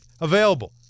Available